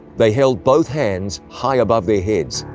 they held both hands high above their heads,